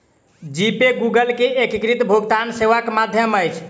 जी Pay Google के एकीकृत भुगतान सेवाक माध्यम अछि